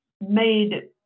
made